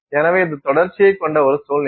எனவே இது தொடர்ச்சியை கொண்ட ஒரு சூழ்நிலை